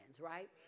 right